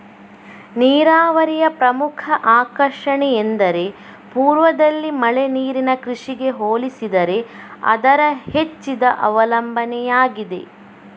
ನೀರಾವರಿಯ ಪ್ರಮುಖ ಆಕರ್ಷಣೆಯೆಂದರೆ ಪೂರ್ವದಲ್ಲಿ ಮಳೆ ನೀರಿನ ಕೃಷಿಗೆ ಹೋಲಿಸಿದರೆ ಅದರ ಹೆಚ್ಚಿದ ಅವಲಂಬನೆಯಾಗಿದೆ